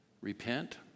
repent